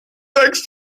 sechs